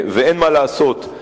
ואין מה לעשות,